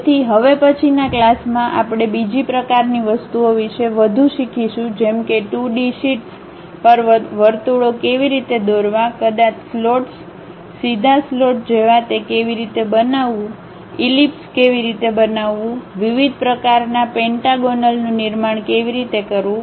તેથી હવે પછીના ક્લાસ માં આપણે બીજી પ્રકારની વસ્તુઓ વિશે વધુ શીખીશું જેમ કે 2D શીટ્સ પર વર્તુળો કેવી રીતે દોરવા કદાચ સ્લોટ્સ સીધા સ્લોટ જેવા તે કેવી રીતે બનાવવું ઈલીપ સ કેવી રીતે બનાવવું વિવિધ પ્રકારનાં પેન્ટાગોનલનું નિર્માણ કેવી રીતે કરવું